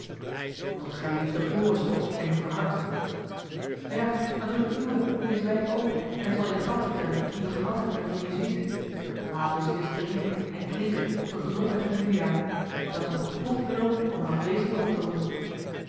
omdat gijlieden de ooren stopt en u verhardt ja maar doe de uwe nu eens wijd open en ik zal je de grap vertellen die we gehad hebben met den jezuïet maar laat ons eerst drinken en klinken op de gezondheid van juliaan dat's een beproefd middel om een afwezende op te roepen